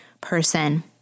person